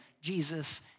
Jesus